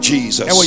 Jesus